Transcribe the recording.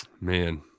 Man